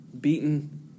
beaten